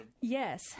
Yes